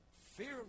fear